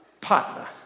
partner